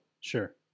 Sure